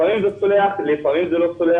לפעמים זה צולח, לפעמים זה לא צולח.